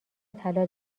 طلا